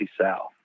South